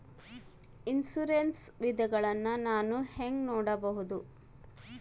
Insurance ವಿಧಗಳನ್ನ ನಾನು ಹೆಂಗ ನೋಡಬಹುದು?